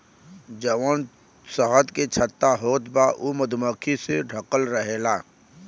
जवन शहद के छत्ता होत बा उ मधुमक्खी से ढकल रहेला